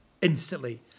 instantly